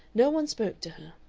no one spoke to her.